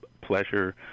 pleasure